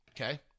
Okay